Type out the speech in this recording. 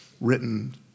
written